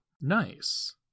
Nice